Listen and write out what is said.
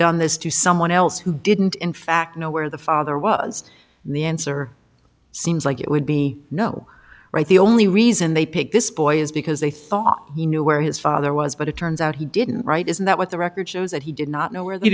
done this to someone else who didn't in fact know where the father was the answer seems like it would be no the only reason they picked this boy is because they thought he knew where his father but it turns out he didn't right isn't that what the record shows that he did not know where they